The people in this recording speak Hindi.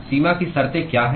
सीमा की शर्तें क्या हैं